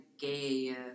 gay